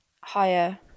higher